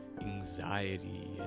anxiety